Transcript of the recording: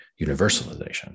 universalization